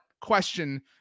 question